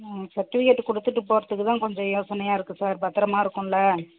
ம் சர்டிவிகேட் கொடுத்துட்டு போகிறதுக்கு தான் கொஞ்சம் யோசனையாக இருக்குது சார் பத்திரமா இருக்கும்ல